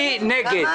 ידו.